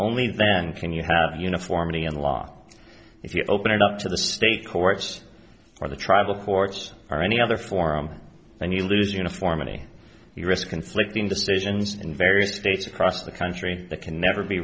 only then can you have uniformity in law if you open it up to the state courts or the tribal courts or any other form and you lose uniformity the rest conflicting decisions in various states across the country that can never be